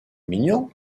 mignon